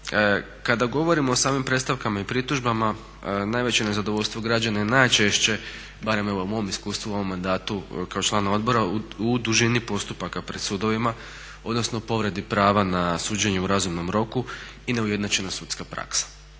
Kada govorimo o samim predstavkama i pritužbama najveće nezadovoljstvo građana je najčešće, barem evo u mom iskustvu u ovom mandatu kao članu odbora u dužini postupaka pred sudovima, odnosno povredi prava na suđenje u razumnom roku i neujednačena sudska praksa.